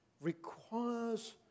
requires